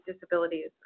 disabilities